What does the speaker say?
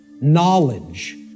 Knowledge